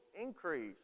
increase